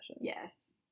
Yes